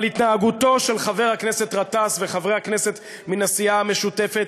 אבל ההתנהגות של חבר הכנסת גטאס וחברי הכנסת מן הסיעה המשותפת,